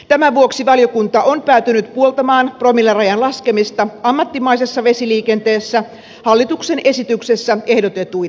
tämän vuoksi valiokunta on päätynyt puoltamaan promillerajan laskemista ammattimaisessa vesiliikenteessä hallituksen esityksessä ehdotetuin tavoin